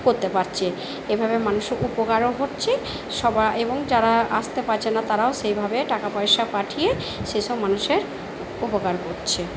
করতে পারছে এইভাবে মানুষের উপকারও হচ্ছে সবাই এবং যারা আসতে পারছে না তারাও সেইভাবে টাকা পয়সা পাঠিয়ে সেই সব মানুষের উপকার করছে